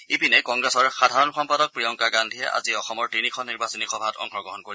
ইপিনে কংগ্ৰেছৰ সাধাৰণ সম্পাদক প্ৰিয়ংকা গান্ধীয়ে আজি অসমৰ তিনিখন নিৰ্বাচনী সভাত অংশগ্ৰহণ কৰিব